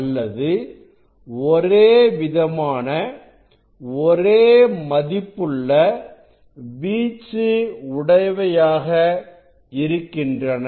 அல்லது ஒரேவிதமான ஒரே மதிப்புள்ள வீச்சு உடையவையாக இருக்கின்றன